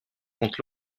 contre